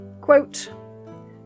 Quote